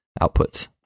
outputs